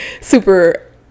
super